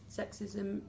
sexism